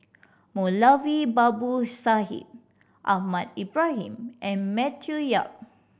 Moulavi Babu Sahib Ahmad Ibrahim and Matthew Yap